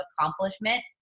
accomplishment